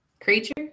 creature